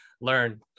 learn